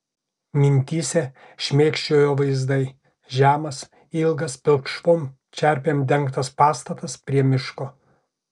mintyse šmėkščiojo vaizdai žemas ilgas pilkšvom čerpėm dengtas pastatas prie miško